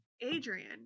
Adrian